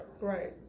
Right